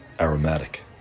aromatic